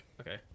okay